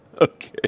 Okay